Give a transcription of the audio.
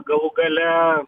galų gale